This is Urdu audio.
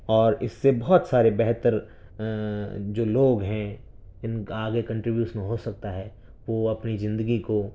اور اس سے بہت سارے بہتر جو لوگ ہیں ان کا آگے کنٹریبیوشن ہو سکتا ہے وہ اپنی زندگی کو